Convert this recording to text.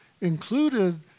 included